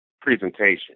presentation